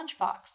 lunchbox